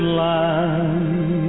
land